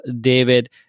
David